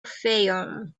fayoum